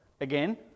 again